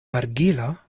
argila